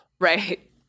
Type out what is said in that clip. Right